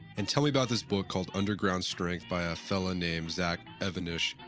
and tell me about this book called underground strength by a fellow named zach even-esh.